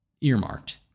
earmarked